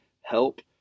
help